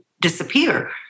disappear